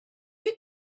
wyt